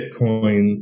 Bitcoin